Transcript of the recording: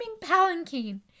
palanquin